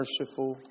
merciful